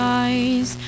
eyes